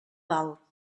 val